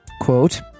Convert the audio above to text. quote